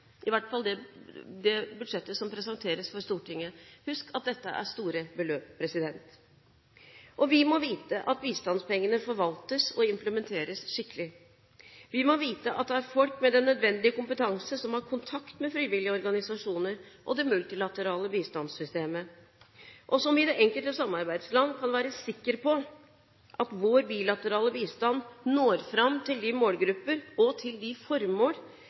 i hvert fall det budsjettet som presenteres for Stortinget. Husk at dette er store beløp. Vi må vite at bistandspengene forvaltes og implementeres skikkelig. Vi må vite at det er folk med den nødvendige kompetanse som har kontakt med frivillige organisasjoner og det multilaterale bistandssystemet, slik at man i det enkelte samarbeidsland kan være sikker på at vår bilaterale bistand når fram til de målgrupper og de formål